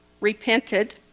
repented